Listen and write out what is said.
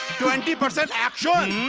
twenty percent action,